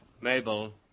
Mabel